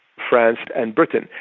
france and britain,